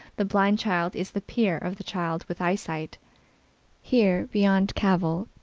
the blind child is the peer of the child with eyesight here, beyond cavil,